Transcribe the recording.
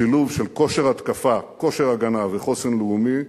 השילוב של כושר התקפה, כושר הגנה וחוסן לאומי,